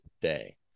day